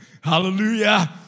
Hallelujah